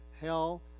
hell